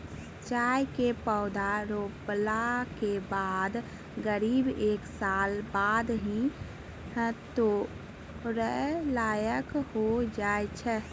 चाय के पौधा रोपला के बाद करीब एक साल बाद ही है तोड़ै लायक होय जाय छै